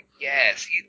Yes